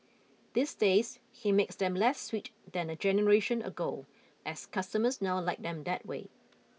these days he makes them less sweet than a generation ago as customers now like them that way